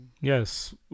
Yes